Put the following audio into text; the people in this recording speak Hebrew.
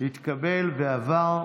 התקבל ועבר.